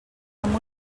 amb